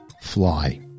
fly